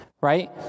right